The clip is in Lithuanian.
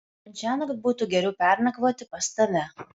man šiąnakt būtų geriau pernakvoti pas tave